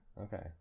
Okay